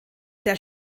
der